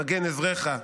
מגן עֶזְרֶךָ,